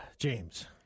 James